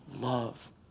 love